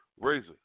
Razor